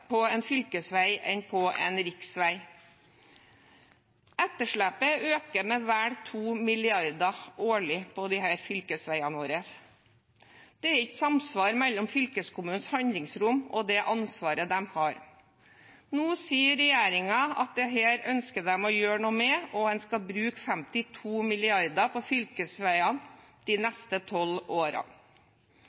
på en fylkesvei enn på en riksvei. Etterslepet øker med vel 2 mrd. kr årlig på disse fylkesveiene våre. Det er ikke samsvar mellom fylkeskommunens handlingsrom og det ansvaret de har. Nå sier regjeringen at de ønsker å gjøre noe med dette, og en skal bruke 52 mrd. kr på fylkesveiene de neste tolv